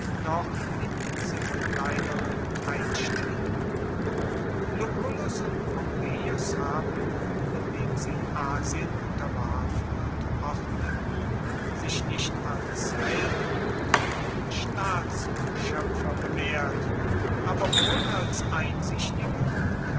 noch in diese verkleinerungen einstimmen lucullus und pompeius haben indem sie asien unterwarfen und ordneten sich nicht als helden und staatsschöpfer bewährt aber wohl als einsichtige